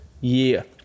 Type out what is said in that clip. year